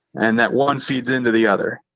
and that one feeds into the other.